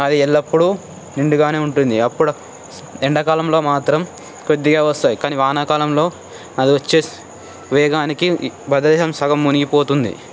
అది ఎల్లప్పుడూ నిండు గానే ఉంటుంది అప్పుడు ఎండాకాలంలో మాత్రం కొద్దిగా వస్తాయి కానీ వానాకాలంలో అదొచ్చేసి వేగానికి భద్రాచలం సగం మునిగిపోతుంది